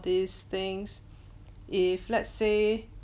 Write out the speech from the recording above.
these things if let's say